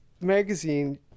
magazine